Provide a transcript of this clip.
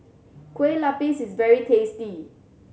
Kueh Lapis is very tasty